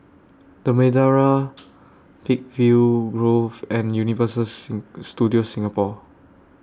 The Madeira Peakville Grove and Universal Studios Singapore